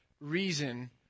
reason